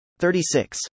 36